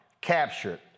captured